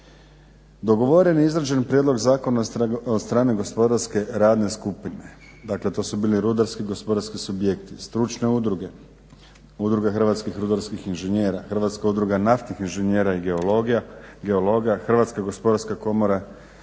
Dogovoren je i izrađen prijedlog zakona od strane gospodarske radne skupine. Dakle, to su bili rudarski, gospodarski subjekti, stručne udruge, Udruge hrvatskih rudarskih inženjera, Hrvatska udruga naftnih inženjera i geologa, Hrvatska gospodarska komora,